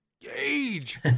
Gage